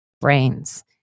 brains